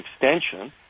extension